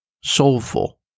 soulful